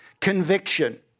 conviction